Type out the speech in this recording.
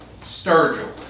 Sturgill